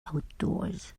outdoors